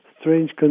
strange